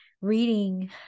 reading